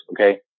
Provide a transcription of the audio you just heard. Okay